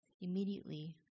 immediately